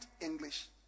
English